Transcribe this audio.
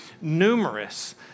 numerous